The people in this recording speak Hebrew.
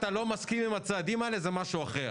שאתה לא מסכים עם הצעדים האלה זה משהו אחר.